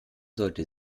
sollte